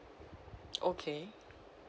okay